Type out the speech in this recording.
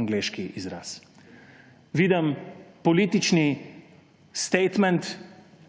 angleški izraz. Vidim, politični statement,